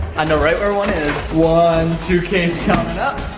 i know right where one is. one suitcase coming up,